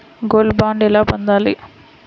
Gold bond ఎలా పొందాలి?